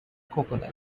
coconuts